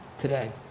today